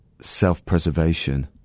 self-preservation